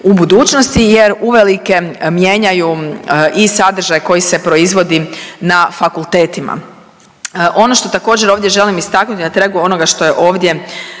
u budućnosti jer uvelike mijenjaju i sadržaj koji se proizvodi na fakultetima. Ono što također želim ovdje istaknuti na tragu onoga što je ovdje